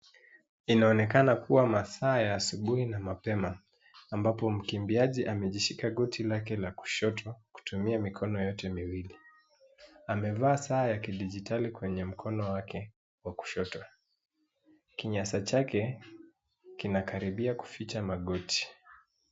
Inaonekana kuwa masaa ya asubuhi na mapema ambapo mkimbiaji amejishika goti lake la kushoto kutumia mikono yote miwili. Amevaa saa ya kidijitali kwenye mkono wake wa kushoto. Kinyasa chake kinakaribia kuficha magoti.